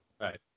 Right